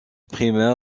primaire